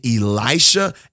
Elisha